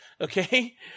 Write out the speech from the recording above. Okay